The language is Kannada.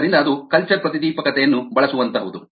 ಆದ್ದರಿಂದ ಅದು ಕಲ್ಚರ್ ಪ್ರತಿದೀಪಕತೆಯನ್ನು ಬಳಸುವಂತಹುದು